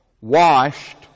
washed